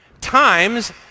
times